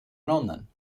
nonnen